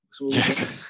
yes